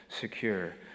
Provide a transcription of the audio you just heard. secure